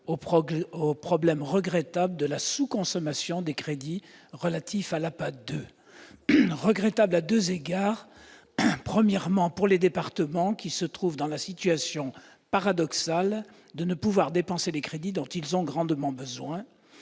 au problème regrettable de la sous-consommation des crédits relatifs à l'APA 2. Regrettable, ce problème l'est à deux égards : pour les départements, qui sont dans la situation paradoxale de ne pouvoir dépenser des crédits dont ils ont grandement besoin